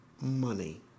money